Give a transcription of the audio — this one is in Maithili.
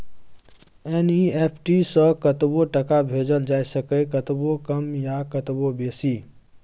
एन.ई.एफ.टी सँ कतबो टका भेजल जाए सकैए कतबो कम या कतबो बेसी